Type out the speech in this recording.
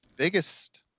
biggest